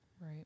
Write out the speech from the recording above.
Right